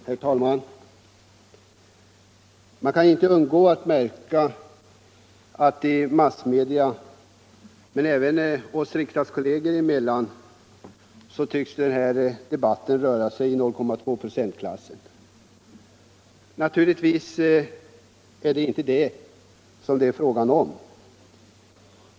Herr talman! Man kan inte undgå att märka att i massmedia men även riksdagskolleger emellan tycks den här debatten röra sig om 0,2 procentsklassen. Naturligtvis är det inte det som frågan gäller. Frågan gäller inte ens mellanölets vara eller icke vara.